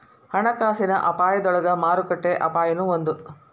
ಹಣಕಾಸಿನ ಅಪಾಯದೊಳಗ ಮಾರುಕಟ್ಟೆ ಅಪಾಯನೂ ಒಂದ್